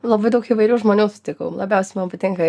labai daug įvairių žmonių sutikau labiausiai man patinka